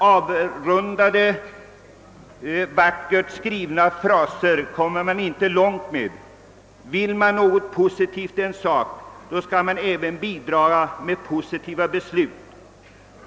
Avrundade, vackert skrivna fraser kommer man inte långt med, utan vill man någonting positivt i sak skall man även bidra med positiva beslut.